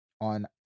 on